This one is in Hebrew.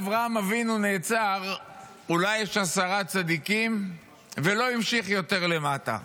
אברהם אבינו נעצר ב"אולי יש עשרה צדיקים" ולא המשיך יותר למטה.